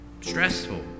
stressful